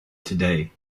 today